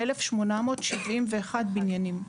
1,871 בניינים.